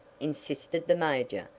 insisted the major,